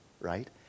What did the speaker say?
right